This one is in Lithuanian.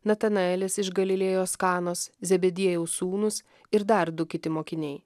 natanaelis iš galilėjos kanos zebediejaus sūnūs ir dar du kiti mokiniai